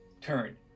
turn